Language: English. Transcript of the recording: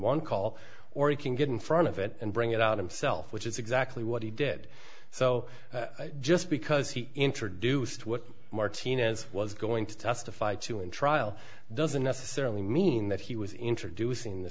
one call or he can get in front of it and bring it out himself which is exactly what he did so just because he introduced what martinez was going to testify to in trial doesn't necessarily mean that he was introducing the